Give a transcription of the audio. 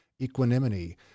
equanimity